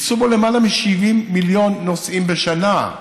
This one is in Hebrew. ייסעו בו יותר מ-70 מיליון נוסעים בשנה.